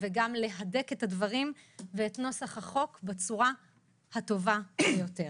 וגם להדק את הדברים ואת נוסח החוק בצורה הטובה ביותר.